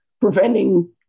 preventing